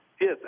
Yes